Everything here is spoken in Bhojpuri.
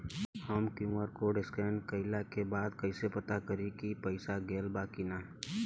हम क्यू.आर कोड स्कैन कइला के बाद कइसे पता करि की पईसा गेल बा की न?